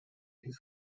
his